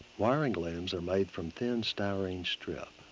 wiring looms are made from thin styrene strip.